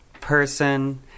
person